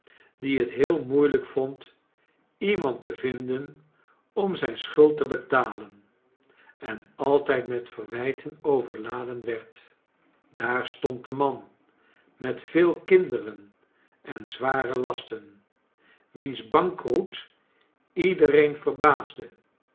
die het heel moeilijk vond iemand te vinden om zijn schuld te betalen en altijd met verwijten overladen werd daar stond de man met veel kinderen en zware las ten wiens bankroet iedereen verbaasde